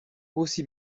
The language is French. aussi